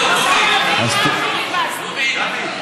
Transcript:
פיליבסטר.